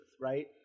right